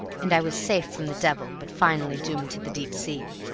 and i was safe from the devil, but finally doomed to the deep sea.